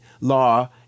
law